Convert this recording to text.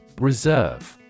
Reserve